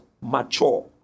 Mature